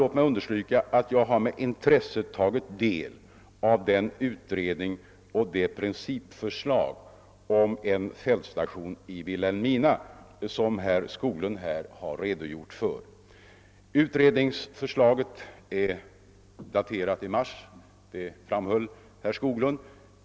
Låt mig understryka att jag med intresse tagit del av den utredning om principförslaget till en fältstation i Vilhelmina som herr Skoglund här redogjort för. Utredningsförslaget är daterat i mars, såsom herr Skoglund framhöll.